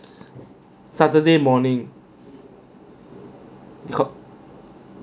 saturday morning cau~